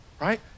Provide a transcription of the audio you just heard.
right